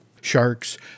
Sharks